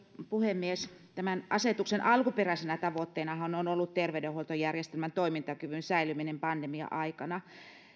puhemies tämän asetuksen alkuperäisenä tavoitteenahan on ollut terveydenhuoltojärjestelmän toimintakyvyn säilyminen pandemian aikana